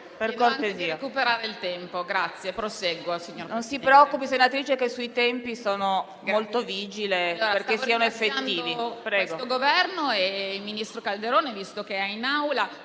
Non si preoccupi, senatrice, che sui tempi sono molto vigile affinché siano effettivi.